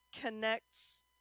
connects